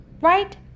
right